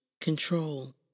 control